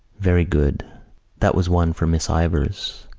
very good that was one for miss ivors.